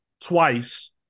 twice